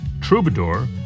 Troubadour